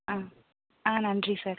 ஆ ஆ நன்றி சார்